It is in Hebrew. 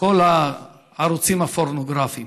כל הערוצים הפורנוגרפיים,